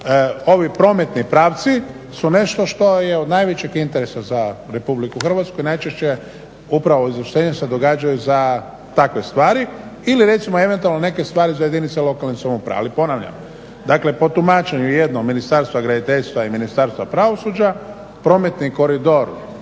ovi prometni pravci su nešto što je od najvećeg interesa za RH i najčešće upravo izvlaštenja se događaju za takve stvari ili recimo eventualno neke stvari za jedinice lokalne samouprave. Ali ponavljam po tumačenju jednom Ministarstva graditeljstva i Ministarstva pravosuđa prometni koridor